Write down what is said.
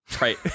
Right